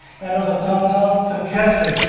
and also downtown st. catharines,